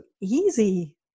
easy